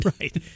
Right